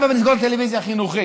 הבה לא נסגור הטלוויזיה החינוכית.